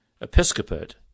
Episcopate